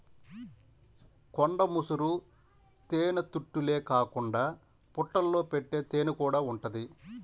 కొండ ముసురు తేనెతుట్టెలే కాకుండా పుట్టల్లో పెట్టే తేనెకూడా ఉంటది